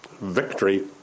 victory